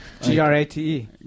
G-R-A-T-E